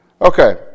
Okay